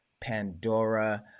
Pandora